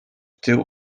tył